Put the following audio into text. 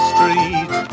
Street